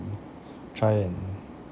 mm try and